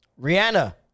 Rihanna